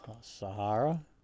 Sahara